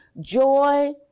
joy